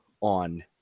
on